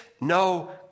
no